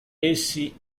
essi